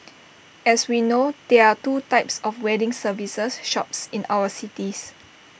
as we know there are two types of wedding services shops in our city